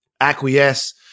acquiesce